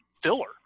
filler